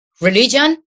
religion